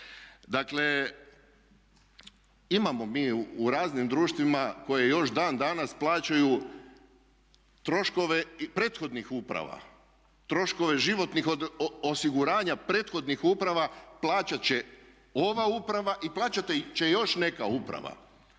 Dakle, imamo mi u raznim društvima koja još dan danas plaćaju troškove prethodnih uprava, troškove životnih osiguranja prethodnih uprava plaćat će ova uprava i plaćat će još neka uprava,